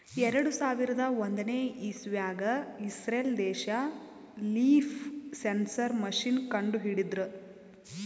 ಎರಡು ಸಾವಿರದ್ ಒಂದನೇ ಇಸವ್ಯಾಗ್ ಇಸ್ರೇಲ್ ದೇಶ್ ಲೀಫ್ ಸೆನ್ಸರ್ ಮಷೀನ್ ಕಂಡು ಹಿಡದ್ರ